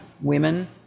women